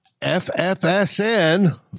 FFSN